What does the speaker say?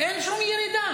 אין שום ירידה.